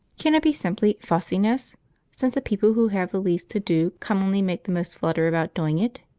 can it be simply fussiness since the people who have the least to do commonly make the most flutter about doing it?